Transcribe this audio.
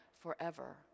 forever